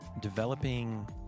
Developing